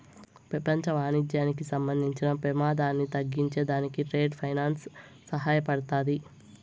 పెపంచ వాణిజ్యానికి సంబంధించిన పెమాదాన్ని తగ్గించే దానికి ట్రేడ్ ఫైనాన్స్ సహాయపడతాది